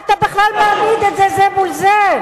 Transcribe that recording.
מה אתה בכלל מעמיד את זה זה מול זה?